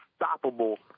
unstoppable